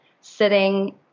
sitting